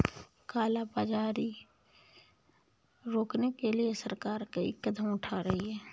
काला बाजारी रोकने के लिए सरकार कई कदम उठा रही है